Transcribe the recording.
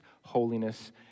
holiness